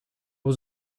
was